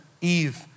Eve